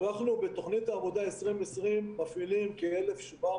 בתוכנית העבודה 2020 מפעילים כ-1,700